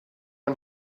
and